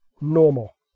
normal